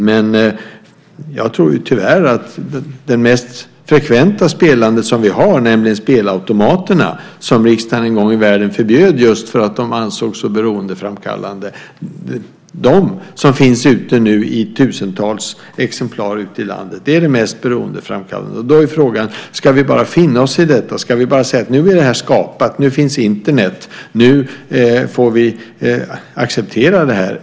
Men jag tror tyvärr att den mest frekventa spelform som vi har, nämligen spelautomaterna, som riksdagen en gång i världen förbjöd just för att de ansågs så beroendeframkallande och som nu finns ute i tusentals exemplar i landet, är den mest beroendeframkallande. Då är frågan om vi bara ska finna oss i det och säga: Nu är detta skapat, och nu finns Internet, och nu får vi acceptera detta.